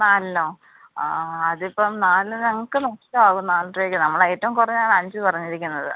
നാലിനോ ആ അതിപ്പം നാലിന് ഞങ്ങൾക്ക് നഷ്ടമാകും നാലരക്ക് നമ്മളേറ്റവും കുറഞ്ഞാണ് അഞ്ച് പറഞ്ഞിരിക്കുന്നത്